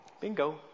Bingo